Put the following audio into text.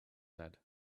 said